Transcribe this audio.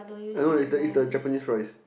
I know is the is the Japanese rice